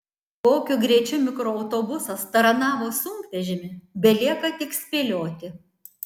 kokiu greičiu mikroautobusas taranavo sunkvežimį belieka tik spėlioti